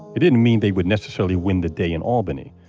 it didn't mean they would necessarily win the day in albany,